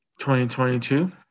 2022